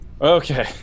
Okay